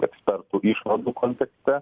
ekspertų išvadų kontekste